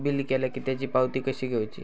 Bill केला की त्याची पावती कशी घेऊची?